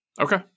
Okay